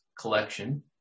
collection